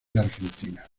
argentina